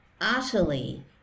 utterly